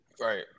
Right